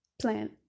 plan